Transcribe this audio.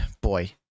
boy